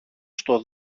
στο